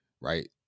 Right